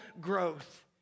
growth